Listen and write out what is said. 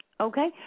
okay